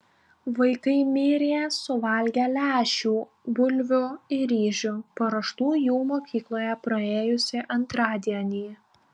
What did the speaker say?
vaikai mirė suvalgę lęšių bulvių ir ryžių paruoštų jų mokykloje praėjusį antradienį